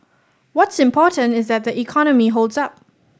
what's important is that the economy holds up